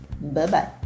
bye-bye